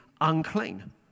unclean